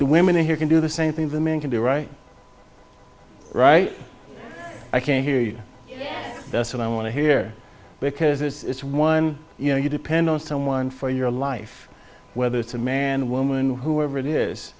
the women here can do the same thing the man can do right right i can't hear you but i want to hear because it's one you know you depend on someone for your life whether it's a man woman whoever it is